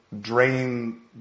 drain